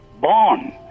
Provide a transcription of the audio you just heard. born